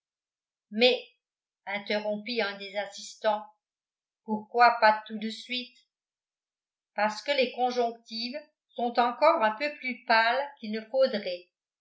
mais interrompit un des assistants pourquoi pas tout de suite parce que les conjonctives sont encore un peu plus pâles qu'il ne